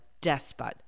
despot